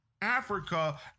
Africa